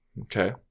okay